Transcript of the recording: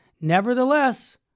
Nevertheless